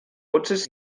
potser